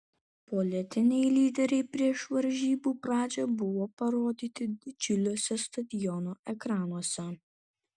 politiniai lyderiai prieš varžybų pradžią buvo parodyti didžiuliuose stadiono ekranuose